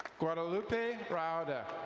guadalupe rouda.